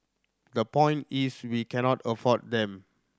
the point is we cannot afford them